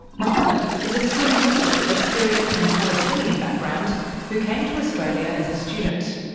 mohammed is a sunni muslim of syrian and palestinian background who came to australia as a student.